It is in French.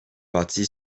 bâti